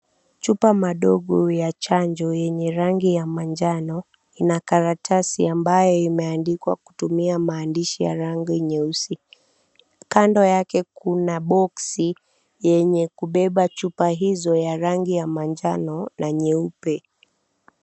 Chupa madogo ya cvhanjo yenye rangi ya manjano ina katarasi ambayo imeandikwa kutumia maandishi ya rangi nyeusi. Kando yake kuna boxi yenye kubeba chupa hizo za rangi ya manjano na nyeupe.